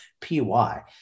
P-Y